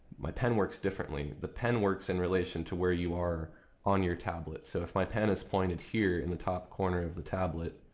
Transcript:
my pen works differently. the pen works in relation to where you are on your tablet. so if my pen is pointed here in the top corner of the tablet,